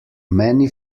many